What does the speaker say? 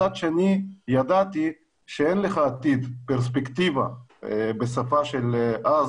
מצד שני ידעתי שאין לך עתיד פרספקטיבה בשפה של אז